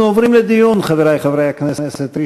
אנחנו עוברים לדיון, חברי חברי הכנסת.